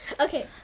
Okay